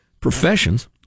professions